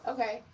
Okay